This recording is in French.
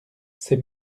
ces